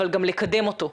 אבל גם לקדם אותו.